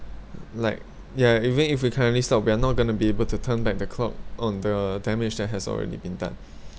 like yeah even if we currently stop we are not going to be able to turn back the clock on the damage that has already been done